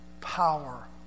power